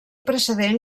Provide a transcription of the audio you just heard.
precedent